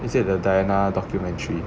is it the diana documentary